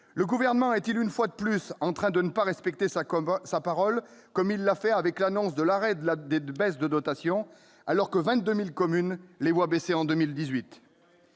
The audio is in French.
Le Gouvernement est-il, une fois de plus, en train de ne pas respecter sa parole, comme il l'a fait avec l'annonce de l'arrêt de la baisse des dotations, alors que 22 000 communes voient